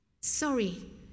sorry